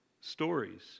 stories